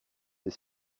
des